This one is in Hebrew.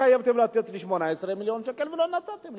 התחייבתם לתת לי 18 מיליון שקל ולא נתתם לי,